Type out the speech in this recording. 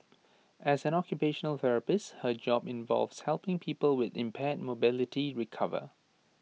as an occupational therapist her job involves helping people with impaired mobility recover